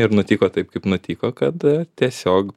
ir nutiko taip kaip nutiko kad tiesiog